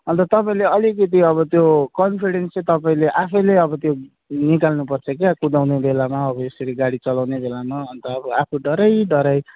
अनि त तपाईँले अलिकति अब त्यो कन्फिडेन्स चाहिँ तपाईँले आफैले अब त्यो निकाल्नुपर्छ क्या कुदाउने बेलामा यसरी गाडी चलाउने बेलामा अनि त अब आफू डराई डराई